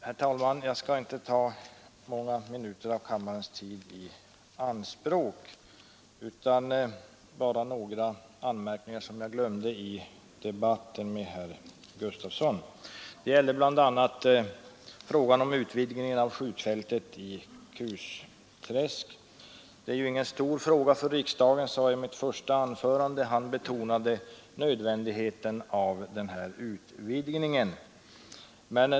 Herr talman! Jag skall inte ta många minuter av kammarledamöternas tid i anspråk utan skall bara göra några anmärkningar som jag glömde att framföra i debatten med herr Gustavsson i Eskilstuna. Det gällde bl.a. frågan om utvidgningen av skjutfältet i Kusträsk. Jag sade i mitt första anförande att detta icke är någon stor fråga för riksdagen. Herr Gustavsson betonade nödvändigheten av ifrågavarande utvidgning.